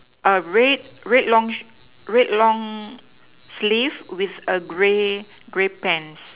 a red red long red long sleeve with a gray gray pants